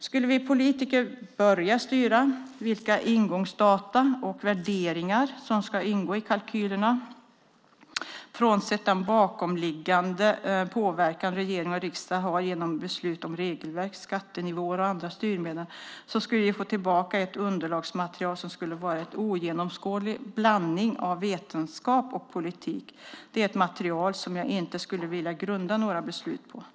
Skulle vi politiker börja styra vilka ingångsdata och värderingar som ska ingå i kalkylerna, frånsett den bakomliggande påverkan regering och riksdag har genom beslut om regelverk, skattenivåer och andra styrmedel, då skulle vi få tillbaka ett underlagsmaterial som skulle vara en ogenomskådlig blandning av vetenskap och politik. Det är ett material som jag inte skulle vilja grunda några beslut på.